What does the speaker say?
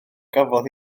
gafodd